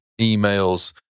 emails